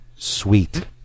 Sweet